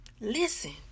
listen